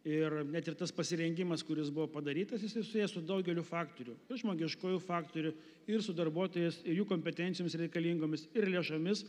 ir net ir tas pasirengimas kuris buvo padarytas jisai susijęs su daugeliu faktorių žmogiškuoju faktoriu ir su darbuotojais ir jų kompetencijomis reikalingomis ir lėšomis